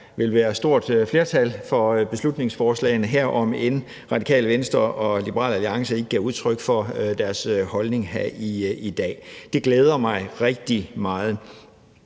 der vil være et stort flertal for beslutningsforslagene her, om end Radikale Venstre og Liberal Alliance ikke gav udtryk for deres holdning her i dag. Det glæder mig rigtig meget.